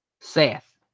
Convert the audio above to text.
Seth